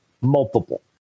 multiple